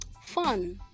fun